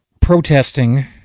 protesting